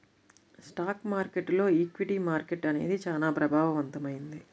stock మార్కెట్టులో equity market అనేది చానా ప్రభావవంతమైంది